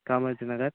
Kamarajar Nagar